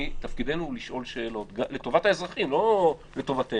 ותפקידנו לשאול שאלות לטובת האזרחים, לא לטובתנו,